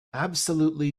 absolutely